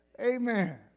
Amen